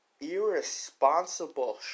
irresponsible